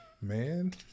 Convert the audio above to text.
man